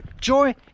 joy